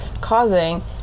causing